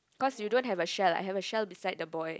cause you don't have a shell I have a shell beside the boy